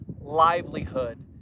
livelihood